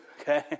okay